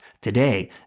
today